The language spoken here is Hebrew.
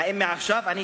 האם מעכשיו אני,